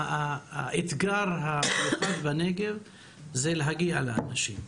האתגר המיוחד בנגב זה להגיע לאנשים.